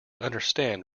understand